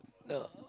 no